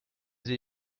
sie